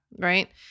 Right